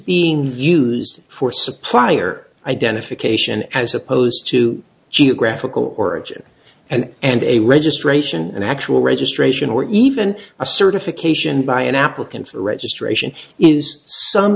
being used for supplier identification as opposed to geographical origin and and a registration and actual registration or even a certification by an applicant for registration is some